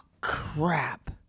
crap